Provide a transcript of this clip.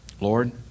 Lord